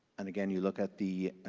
and again, you look at the